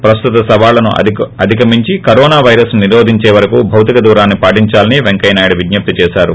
ప్రస్తుత సవాళ్లను అధికమించి కరోనా పైరస్ ను నిరోధించే వరకూ భౌతిక దూరాన్ని పాటిందాలని పెంకయ్యనాయుడు విజ్జప్తి చేశారు